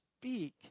speak